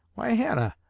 why, hannah,